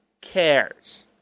cares